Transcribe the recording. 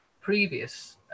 previous